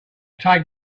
take